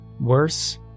Worse